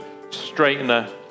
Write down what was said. straightener